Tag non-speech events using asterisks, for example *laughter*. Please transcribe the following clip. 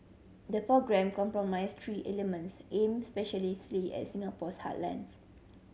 the programme comprise three elements aimed *unintelligible* at Singapore's heartlands